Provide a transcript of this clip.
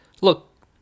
Look